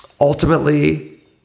Ultimately